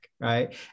right